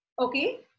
Okay